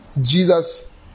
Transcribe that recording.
Jesus